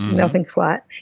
nothing's flat.